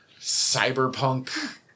cyberpunk